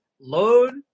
load